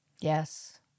Yes